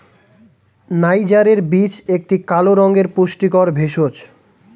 নাইজারের বীজ একটি কালো রঙের পুষ্টিকর ভেষজ